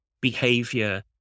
behavior